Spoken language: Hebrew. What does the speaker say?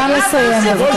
נא לסיים, בבקשה.